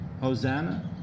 Hosanna